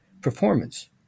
performance